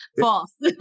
False